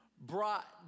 brought